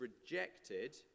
rejected